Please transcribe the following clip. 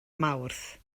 mawrth